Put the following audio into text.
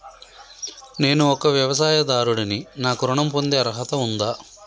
నేను ఒక వ్యవసాయదారుడిని నాకు ఋణం పొందే అర్హత ఉందా?